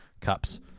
cups